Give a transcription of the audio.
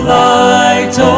light